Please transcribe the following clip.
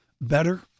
better